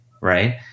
right